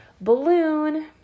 balloon